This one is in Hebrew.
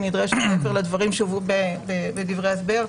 נדרשת מעבר לדברים שהובאו בדברי ההסבר,